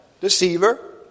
deceiver